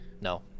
No